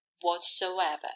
whatsoever